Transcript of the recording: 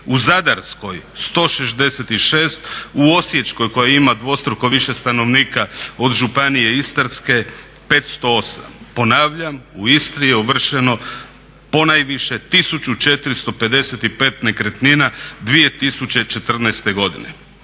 u Zadarskoj 166, u Osječkoj koja ima dvostruko više stanovnika od županije Istarske 508. Ponavljam, u Istri je ovršeno ponajviše, 1455 nekretnina 2014. godine.